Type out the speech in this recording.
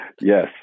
Yes